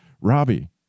Robbie